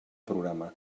programa